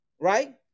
Right